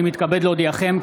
אני מתכבד להודיעכם,